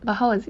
but how is it